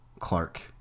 Clark